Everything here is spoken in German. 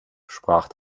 sprach